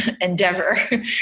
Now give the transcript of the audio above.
endeavor